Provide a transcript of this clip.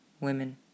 women